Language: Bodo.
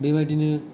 बेबादिनो